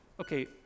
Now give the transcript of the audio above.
Okay